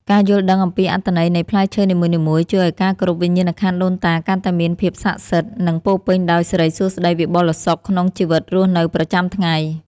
ការយល់ដឹងអំពីអត្ថន័យនៃផ្លែឈើនីមួយៗជួយឱ្យការគោរពវិញ្ញាណក្ខន្ធដូនតាកាន់តែមានភាពស័ក្តិសិទ្ធិ និង ពោរពេញដោយសិរីសួស្តីវិបុលសុខក្នុងជីវិតរស់នៅប្រចាំថ្ងៃ។